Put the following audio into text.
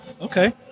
Okay